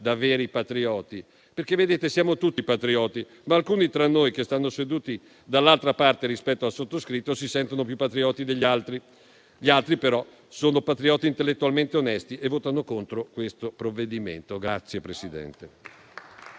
da veri patrioti, perché, vedete, siamo tutti patrioti, ma alcuni tra noi che stanno seduti dall'altra parte rispetto al sottoscritto si sentano più patrioti degli altri. Gli altri però sono patrioti intellettualmente onesti e votano contro questo provvedimento.